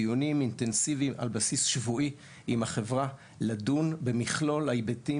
דיונים אינטנסיביים על בסיס שבועי עם החברה לדון במכלול ההיבטים